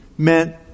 meant